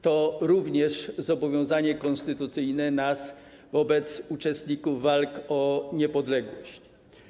To również zobowiązanie konstytucyjne nasze wobec uczestników walk o niepodległość.